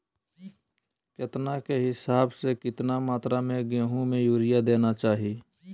केतना के हिसाब से, कितना मात्रा में गेहूं में यूरिया देना चाही?